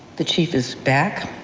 the chief is back,